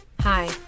hi